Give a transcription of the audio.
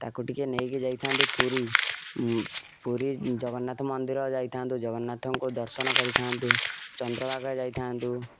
ତାକୁ ଟିକେ ନେଇକି ଯାଇଥାନ୍ତି ପୁରୀ ପୁରୀ ଜଗନ୍ନାଥ ମନ୍ଦିର ଯାଇଥାନ୍ତୁ ଜଗନ୍ନାଥଙ୍କୁ ଦର୍ଶନ କରିଥାନ୍ତୁ ଚନ୍ଦ୍ରଭାଗା ଯାଇଥାନ୍ତୁ